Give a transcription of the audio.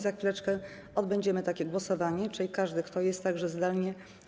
Za chwileczkę odbędziemy takie głosowanie - każdy, kto jest, także zdalnie.